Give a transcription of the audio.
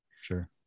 sure